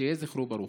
שיהיה זכרו ברוך.